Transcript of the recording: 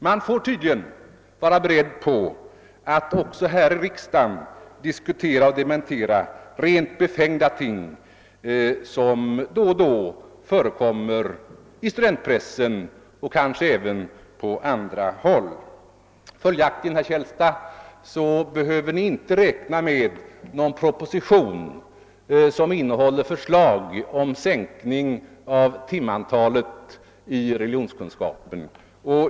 Man får tydligen vara beredd på att också här i riksdagen diskutera och dementera rent befängda ting som då och då förekommer i studentpressen och kanske även på andra håll. Följaktligen, herr Källstad, så behöver Ni inte räkna med någon proposition som innehåller förslag om sänkning av timantalet i religionskunskap.